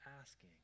asking